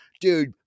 dude